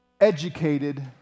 educated